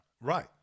Right